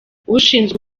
ushinzwe